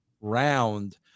round